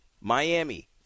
Miami